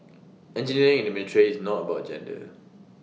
engineering in the military is not about gender